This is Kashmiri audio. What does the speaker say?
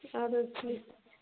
اَدٕ حظ ٹھیٖک